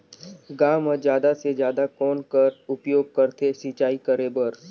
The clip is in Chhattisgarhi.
गांव म जादा से जादा कौन कर उपयोग करथे सिंचाई करे बर?